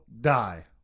die